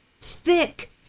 thick